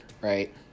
right